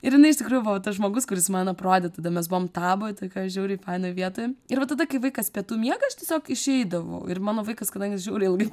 ir jinai iš tikrųjų buvo va tas žmogus kuris man aprodė tada mes buvom taboj tokioj žiauriai fainoj vietoj ir va tada kai vaikas pietų miega aš tiesiog išeidavau ir mano vaikas kadangi jis žiauriai ilgai